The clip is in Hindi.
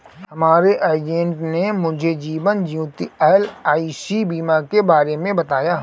मेरे एजेंट ने मुझे जीवन ज्योति एल.आई.सी बीमा के बारे में बताया